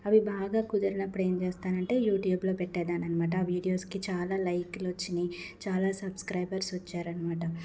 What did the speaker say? అవి బాగా కుదిరినప్పుడు ఏం చేస్తానంటే యూట్యూబ్లో పెట్టే దాన్ని అనమాట ఆ వీడియోస్కి చాలా లైకులు వచ్చినయి చాలా సబ్స్కైబర్స్ వచ్చారనమాట